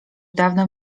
dawno